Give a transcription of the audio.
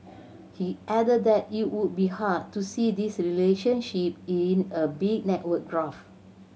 he added that it would be hard to see this relationship in a big network graph